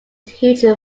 huge